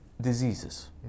diseases